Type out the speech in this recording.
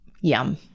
yum